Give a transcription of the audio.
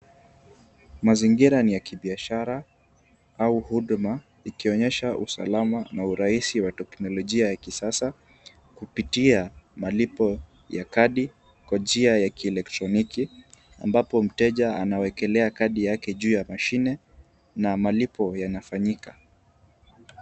Mazingira ni ya kibiashara au huduma, ikionyesha usalama na urahisi wa teknolojia ya kisasa kupitia malipo ya kadi kwa njia ya kielektroniki, ambapo mteja anawekelea kadi yake juu ya mashine, na malipo yanafanyika.